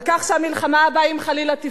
על כך שהמלחמה הבאה, אם חלילה תפרוץ,